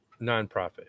nonprofit